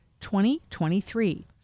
2023